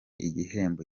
igihembo